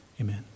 amen